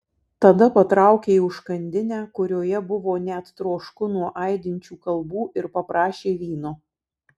tada patraukė į užkandinę kurioje buvo net trošku nuo aidinčių kalbų ir paprašė vyno